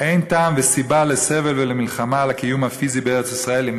אין טעם וסיבה לסבל ולמלחמה על הקיום הפיזי בארץ-ישראל אם